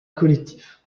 collectif